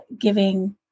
giving